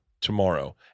tomorrow